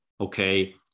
okay